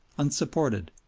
unsupported,